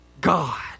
God